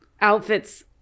outfits